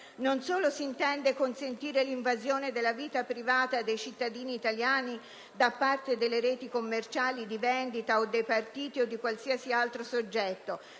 Non solo s'intende consentire l'invasione della vita privata dei cittadini italiani da parte delle rete commerciali di vendita o dei partiti o di qualsiasi altro soggetto,